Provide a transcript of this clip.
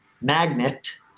magnet